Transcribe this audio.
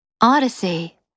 Odyssey